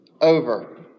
over